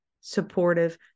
supportive